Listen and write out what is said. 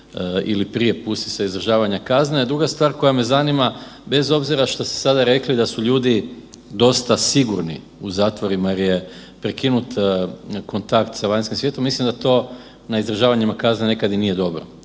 ili prije pusti sa izdržavanja kazne. A druga stvar koja me zanima, bez obzira šta ste sada rekli da su ljudi dosta sigurni u zatvorima jer je prekinut kontakt sa vanjskim svijetom, mislim da to na izdržavanjima kazne nekad i nije dobro.